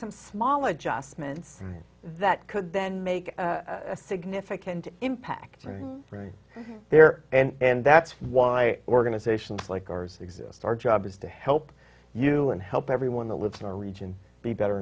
some small adjustments that could then make a significant impact right there and that's why organizations like ours exist our job is to help you and help everyone that lives in our region be better